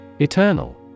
Eternal